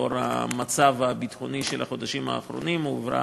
לנוכח המצב הביטחוני בחודשים האחרונים הועברה